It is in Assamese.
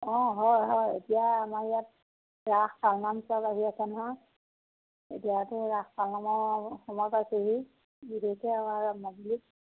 অঁ হয় হয় এতিয়া আমাৰ ইয়াত ৰাস পাল নাম চব আহি আছে নহয় এতিয়াতো ৰাস পাল নামৰ সময় পাইছেহি বিশেষকৈ মাজুলীত